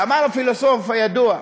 אמר הפילוסוף הידוע: